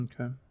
Okay